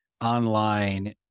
online